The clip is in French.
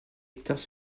hectares